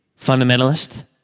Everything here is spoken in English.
Fundamentalist